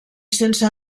sense